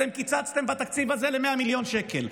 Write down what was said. אתם קיצצתם בתקציב הזה ל-100 מיליון שקל.